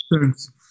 Thanks